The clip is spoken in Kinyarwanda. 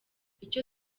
icyo